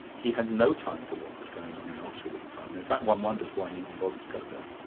he had no time for what was going on in oxford at the time. in fact, one wonders why he even bothered to go there.